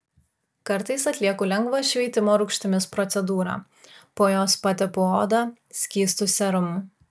kartais atlieku lengvą šveitimo rūgštimis procedūrą po jos patepu odą skystu serumu